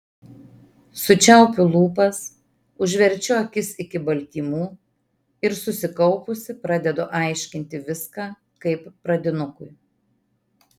sučiaupiu lūpas užverčiu akis iki baltymų ir susikaupusi pradedu aiškinti viską kaip pradinukui